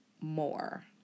more